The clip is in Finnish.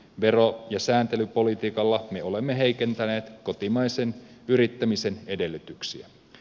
vero ja sääntelypolitiikalla me olemme heikentäneet kotimaisen yrittämisen edellytyksiä